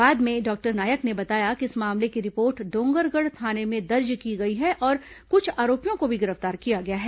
बाद में डॉक्टर नायक ने बताया कि इस मामले की रिपोर्ट डॉगरगढ़ थाने में दर्ज की गई है और क्छ आरोपियों को भी गिरफ्तार किया गया है